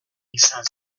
izan